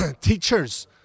teachers